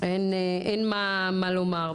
אין מה לומר.